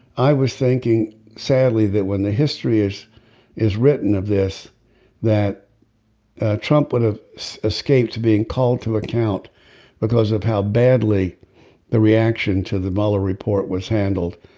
i was thinking sadly that when the history is is written of this that trump would have escaped to being called to account because of how badly the reaction to the butler report was handled.